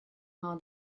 how